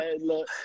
Look